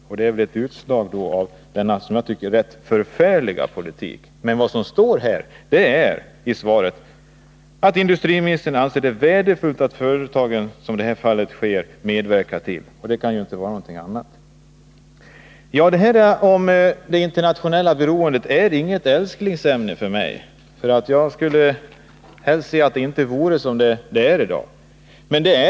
Och det är väl ett utslag av den rätt förfärliga politik som förs. I svaret står det att industriministern anser ”det vara värdefullt att företagen — så som sker i detta fall — aktivt medverkar till att skapa ersättningssysselsättning”. Det internationella beroendet är inget älsklingsämne för mig. Jag skulle helst se att det inte vore som det är i dag.